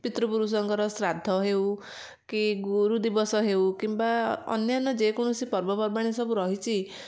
ପିତୃପୁରୁଷଙ୍କର ଶ୍ରାଦ୍ଧ ହେଉ କି ଗୁରୁଦିବସ ହେଉ କିମ୍ବା ଅନ୍ୟାନ ଯେ କୌଣସି ପର୍ବପର୍ବାଣି ସବୁ ରହିଛି